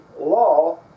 law